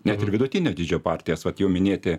net ir vidutinio dydžio partijas vat jau minėti